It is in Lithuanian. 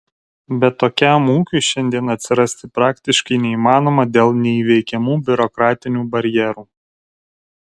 bet tokiam ūkiui šiandien atsirasti praktiškai neįmanoma dėl neįveikiamų biurokratinių barjerų